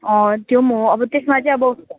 त्यो हो अब त्यसमा चाहिँ अब